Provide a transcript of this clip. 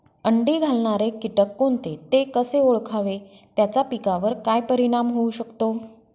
अंडी घालणारे किटक कोणते, ते कसे ओळखावे त्याचा पिकावर काय परिणाम होऊ शकतो?